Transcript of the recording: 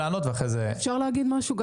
אפשר להגיד משהו?